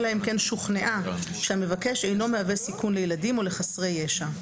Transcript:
אלא אם כן שוכנעה שהמבקש אינו מהווה סיכון לילדים או לחסרי ישע.